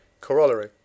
Corollary